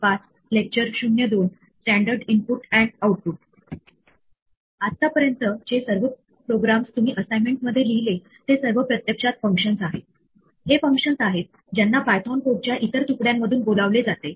तर अशा एक्सप्रेशन ची व्हॅल्यू मोजल्या जाऊ शकत नाही किंवा आपण जर एखाद्या स्ट्रिंगचे रूपांतरण एखाद्या इन्टिजर मध्ये करू इच्छितो जिथे स्ट्रिंग एस हे एखाद्या इन्टिजर चे वैध प्रतिनिधित्व करत नाही